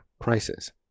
prices